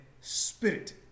Spirit